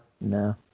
No